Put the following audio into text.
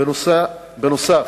בנוסף,